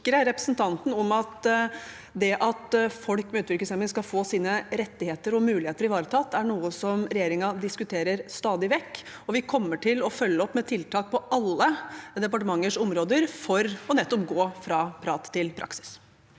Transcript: kan forsikre representanten om at det at folk med utviklingshemming skal få sine rettigheter og muligheter ivaretatt, er noe som regjeringen diskuterer stadig vekk, og vi kommer til å følge opp med tiltak på alle departementers områder for nettopp å gå fra prat til praksis.